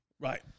Right